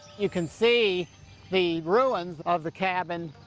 you can see the ruins of the cabin.